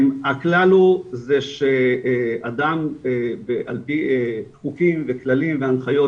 הכלל הוא זה שאדם עפ"י חוקים וכללים והנחיות,